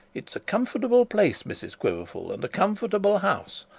it is a comfortable place, mrs quiverful, and a comfortable house,